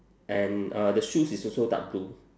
and uh the shoes is also dark blue